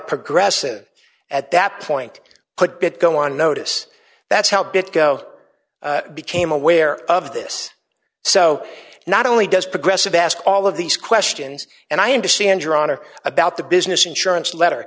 progressive at that point could go on notice that's how bits go became aware of this so not only does progressive ask all of these questions and i understand your honor about the business insurance letter